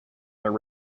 their